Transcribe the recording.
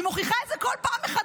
והיא מוכיחה את זה כל פעם מחדש.